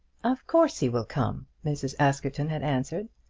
of course he will come, mrs. askerton had answered,